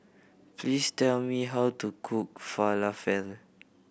please tell me how to cook Falafel